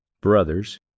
brothers